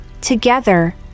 Together